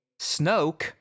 Snoke